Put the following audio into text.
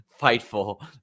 Fightful